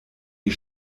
die